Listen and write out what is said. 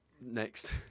Next